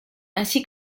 ainsi